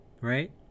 right